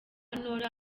nora